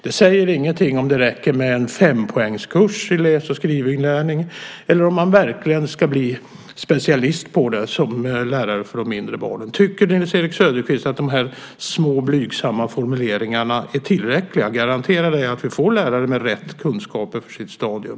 Det säger ingenting om det räcker med en fempoängskurs i läs och skrivinlärning eller om man verkligen ska bli specialist på det som lärare för de mindre barnen. Tycker Nils-Erik Söderqvist att de små blygsamma formuleringarna är tillräckliga för att garantera att vi får lärare med rätt kunskaper för sitt stadium?